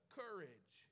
courage